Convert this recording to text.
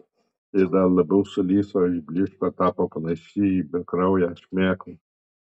ji dar labiau sulyso išblyško tapo panaši į bekrauję šmėklą